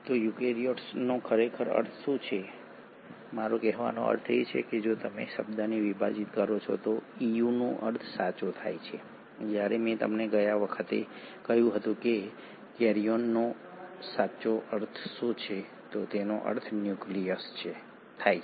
તો યુકેરીયોટનો ખરેખર અર્થ શું છે મારો કહેવાનો અર્થ એ છે કે જો તમે શબ્દને વિભાજીત કરો છો તો Eu નો અર્થ સાચો થાય છે જ્યારે મેં તમને ગયા વખતે કહ્યું હતું તેમ કેરિયન નો અર્થ સાચો છે તેનો અર્થ ન્યુક્લિયસ થાય છે